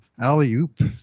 alley-oop